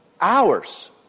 hours